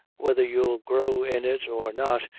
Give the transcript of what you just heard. whether you'll grow in it or not,